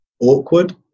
awkward